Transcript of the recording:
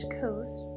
coast